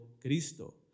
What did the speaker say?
Cristo